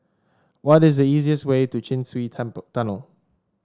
what is the easiest way to Chin Swee Temple Tunnel